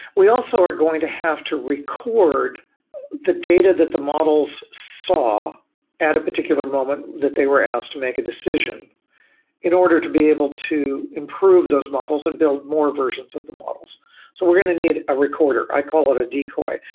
we also are going to have to record the data that the models saw at a particular moment that they were asked to make a decision in order to be able to improve those models and build more versions of the models so we're going to need a recorder. i call it a decoy.